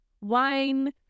wine